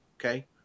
Okay